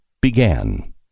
began